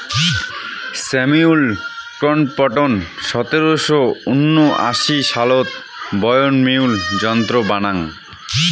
Samuel Crompton সতেরশো উনআশি সালত বয়ন মিউল যন্ত্র বানাং